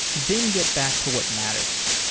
then get back to what matters.